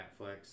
Netflix